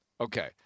Okay